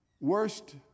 worst